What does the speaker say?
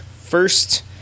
First